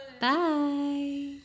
bye